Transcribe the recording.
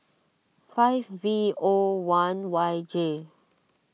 five V O one Y J